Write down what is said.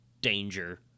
Danger